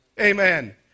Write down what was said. Amen